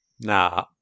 Nah